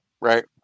right